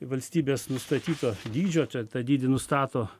valstybės nustatyto dydžio čia tą dydį nustato